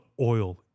oil